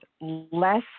less